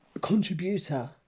contributor